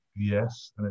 yes